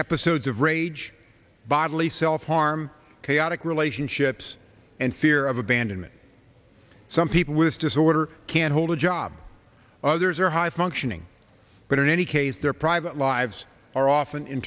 episodes of rage bodily self harm chaotic relationships and fear of abandonment some people with disorder can't hold a job others are high functioning but in any case their private lives are often in